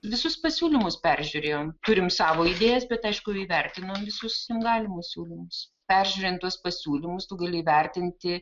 visus pasiūlymus peržiūrėjom turim savo idėjas bet aišku įvertinom visus galimus siūlymus peržiūrint tuos pasiūlymus tu gali vertinti